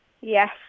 Yes